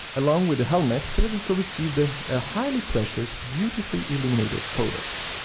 along with the helmet, federico received a ah highly precious, beautifully illuminated codex.